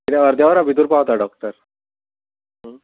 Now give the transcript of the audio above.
कित्याक अर्द्या वरा भितर पावता डॉक्टर